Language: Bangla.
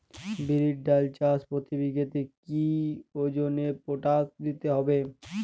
বিরির ডাল চাষ প্রতি বিঘাতে কি ওজনে পটাশ দিতে হবে?